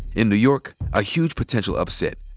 in new york, a huge potential upset.